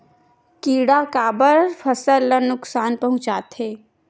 किड़ा काबर फसल ल नुकसान पहुचाथे?